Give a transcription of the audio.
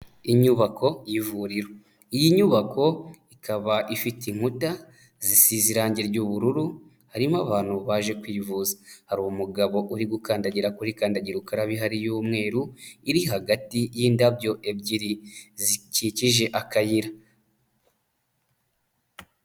Inyubako y'ivuriro, iyi nyubako ikaba ifite inkuta zisize irangi ry'ubururu harimo abantu baje kwivuza, hari umugabo uri gukandagira kuri kandagira ukarabe ihari y'umweru iri hagati y'indabyo ebyiri zikikije akayira.